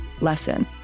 lesson